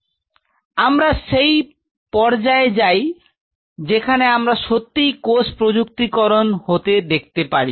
চল আমরা সেই পরজায়ে যাই যেখানে আমরা সত্যিই কোষ প্রজুক্তিকরণ হতে দেখতে পারি